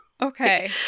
Okay